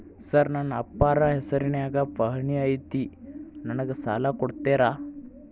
Sir ನನ್ನ ಅಪ್ಪಾರ ಹೆಸರಿನ್ಯಾಗ್ ಪಹಣಿ ಐತಿ ನನಗ ಸಾಲ ಕೊಡ್ತೇರಾ?